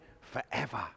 forever